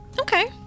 okay